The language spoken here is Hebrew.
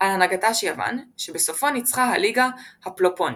על הנהגתה של יוון, שבסופה נצחה הליגה הפלופונסית.